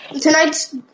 Tonight's